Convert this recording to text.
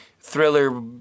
thriller